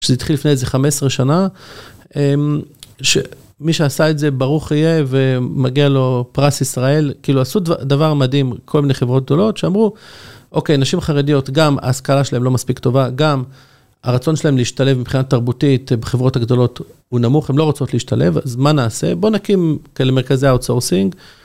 שזה התחיל לפני איזה 15 שנה, שמי שעשה את זה, ברוך יהיה ומגיע לו פרס ישראל. כאילו, עשו דבר מדהים, כל מיני חברות גדולות שאמרו, אוקיי, נשים חרדיות, גם ההשכלה שלהן לא מספיק טובה, גם הרצון שלהן להשתלב מבחינת תרבותית בחברות הגדולות הוא נמוך, הן לא רוצות להשתלב, אז מה נעשה? בואו נקים כאלה מרכזי outsourcing.